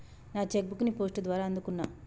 నా cheque book ని post ద్వారా అందుకున్నా